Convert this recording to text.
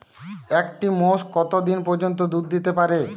একটি মোষ কত দিন পর্যন্ত দুধ দিতে পারে?